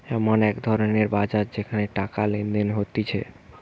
এমন এক ধরণের বাজার যেখানে টাকা লেনদেন হতিছে